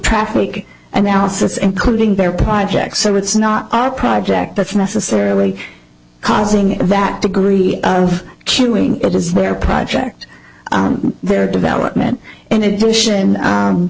traffic analysis including their projects so it's not our project that's necessarily causing that degree of killing it is their project their development in addition